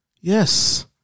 Yes